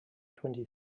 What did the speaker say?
twenty